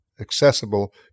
accessible